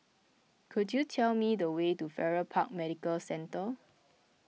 could you tell me the way to Farrer Park Medical Centre